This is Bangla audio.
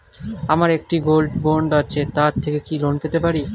আমার একটি গোল্ড বন্ড আছে তার থেকে কি লোন পেতে পারি?